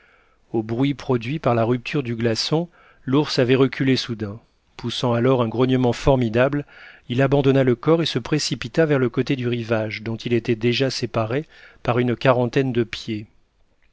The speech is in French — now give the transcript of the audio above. au bruit produit par la rupture du glaçon l'ours avait reculé soudain poussant alors un grognement formidable il abandonna le corps et se précipita vers le côté du rivage dont il était déjà séparé par une quarantaine de pieds